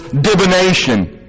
divination